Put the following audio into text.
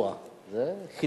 אוה, זה חידוש.